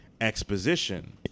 exposition